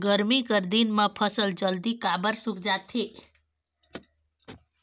गरमी कर दिन म फसल जल्दी काबर सूख जाथे?